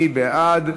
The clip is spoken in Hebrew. מי בעד?